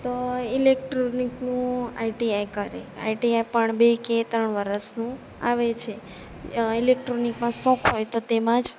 તો ઇલેક્ટ્રોનિકનું આઈટીઆઈ કરે આઈટીઆઈ પણ બે કે ત્રણ વર્ષનું આવે છે ઇલેક્ટ્રોનિકમાં શોખ હોય તો તેમાં જ